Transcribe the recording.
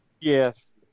Yes